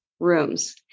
rooms